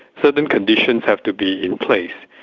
certain conditions have to be in place.